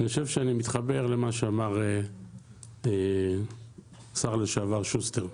אני חושב שאני מתחבר למה שאמר השר לשעבר שוסטר,